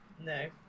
No